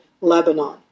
Lebanon